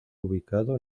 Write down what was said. ubicado